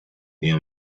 near